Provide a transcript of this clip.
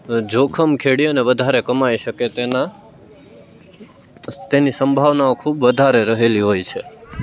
જોખમ ખેડી અને વધારે કમાય શકે તેના તેની સંભાવનાઓ ખૂબ વધારે રહેલી હોય છે